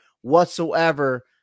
whatsoever